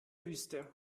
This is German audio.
wüste